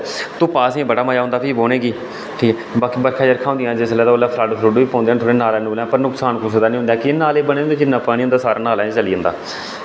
ते धुप्पा बी बड़ा मज़ा औंदा असेंगी बौह्ने गी ते जिसलै बर्खां होंदियां ते फ्लड बी औंदे न नालें पर की नुकसान कुसै दा निं होंदा ऐ की नाले बने दे होंदे पानी उनें नालें च सारा चली जंदा